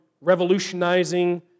revolutionizing